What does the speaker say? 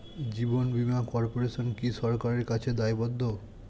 জীবন বীমা কর্পোরেশন কি সরকারের কাছে দায়বদ্ধ?